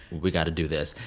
we got to do this.